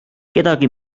kedagi